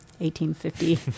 1850